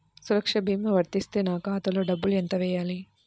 సురక్ష భీమా వర్తిస్తే నా ఖాతాలో డబ్బులు ఎంత వేయాలి?